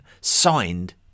signed